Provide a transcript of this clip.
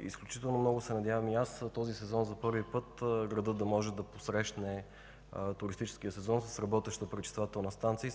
Изключително много се надявам този сезон за първи път градът да може да посрещне туристическия сезон с работеща пречиствателна станция и